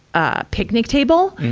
ah, picnic table.